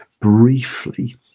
Briefly